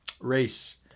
race